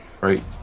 right